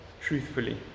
truthfully